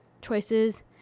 choices